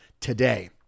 today